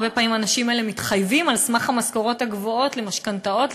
הרבה פעמים האנשים האלה מתחייבים על סמך המשכורות הגבוהות למשכנתאות,